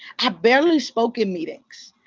i barely spoke in meetings.